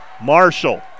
Marshall